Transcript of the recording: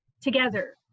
together